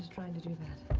trying to do